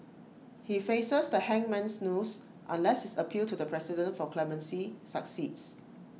he faces the hangman's noose unless his appeal to the president for clemency succeeds